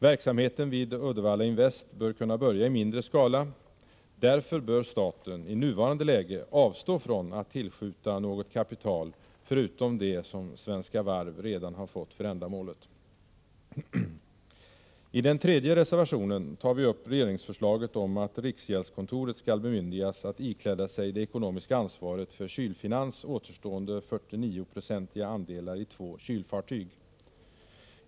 Verksamheten vid Uddevalla Invest bör kunna börja i mindre skala. Därför bör staten i nuvarande läge avstå från att tillskjuta något kapital förutom det som Svenska Varv redan har fått för ändamålet. I den tredje reservationen tar vi upp regeringsförslaget om att riksgäldskontoret skall bemyndigas att ikläda sig det ekonomiska ansvaret för Kylfinans återstående 49-procentiga andelar i två kylfartyg.